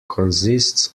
consists